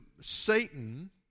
Satan